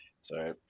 Sorry